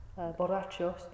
borrachos